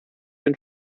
den